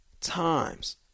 times